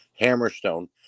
Hammerstone